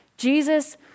Jesus